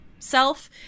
self